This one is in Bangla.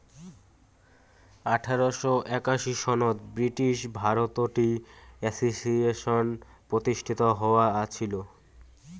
আঠারোশ একাশি সনত ব্রিটিশ ভারতত টি অ্যাসোসিয়েশন প্রতিষ্ঠিত হয়া আছিল